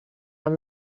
amb